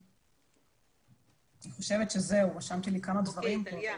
אוקיי, טליה.